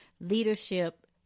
leadership